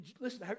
listen